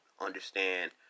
understand